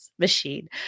machine